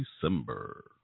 December